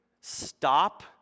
stop